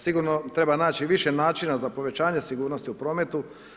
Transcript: Sigurno treba naći više načina za povećanje sigurnosti u prometu.